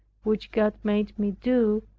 which god made me do,